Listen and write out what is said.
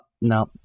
no